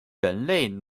人类